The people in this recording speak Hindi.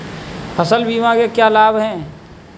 फसल बीमा के क्या लाभ हैं?